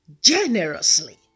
generously